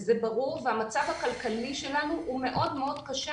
וזה ברור והמצב הכלכלי שלנו הוא מאוד מאוד קשה,